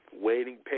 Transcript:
waiting